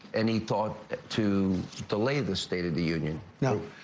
any thought to delay the state of the union? no.